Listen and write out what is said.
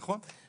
נכון.